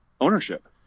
ownership